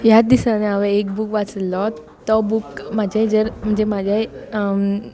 ह्याच दिसांनी हांवें एक बूक वाचिल्लो तो बूक म्हजे हाजेर म्हणजे म्हज्या